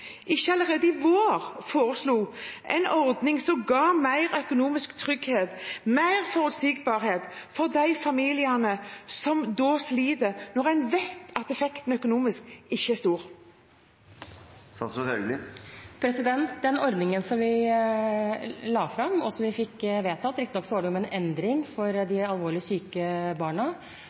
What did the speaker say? ikke allerede i vår foreslo en ordning som ga mer økonomisk trygghet og mer forutsigbarhet for de familiene som sliter – når en vet at effekten økonomisk ikke er stor? Den ordningen som vi la fram, og som vi fikk vedtatt, riktignok var det med en endring for de alvorlig syke barna,